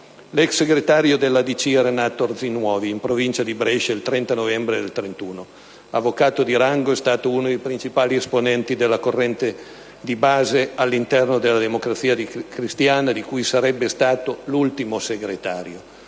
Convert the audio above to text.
L'ex segretario della DC, era nato a Orzinuovi, in provincia di Brescia, il 30 novembre del 1931. Avvocato di rango, è stato uno dei principali esponenti della corrente di base all'interno della Democrazia Cristiana di cui sarebbe stato l'ultimo segretario